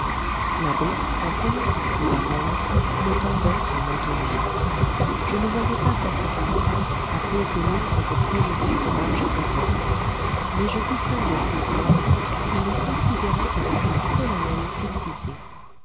l'abbé en prononçant ces paroles me tendait son manteau noir je ne voyais pas sa figure à cause de l'ombre que projetait son large tricorne mais je distinguai ses yeux qui me considéraient avec une solennelle fixité